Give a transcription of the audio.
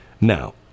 Now